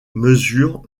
mesurent